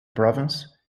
province